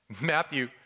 Matthew